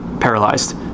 paralyzed